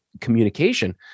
communication